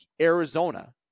Arizona